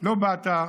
לא באת,